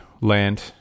land